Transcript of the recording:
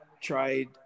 tried